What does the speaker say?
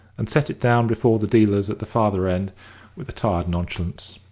and set it down before the dealers at the farther end with a tired nonchalance.